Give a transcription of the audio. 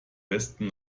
westen